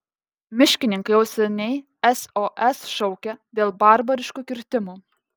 miškininkai jau seniai sos šaukia dėl barbariškų kirtimų